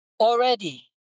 already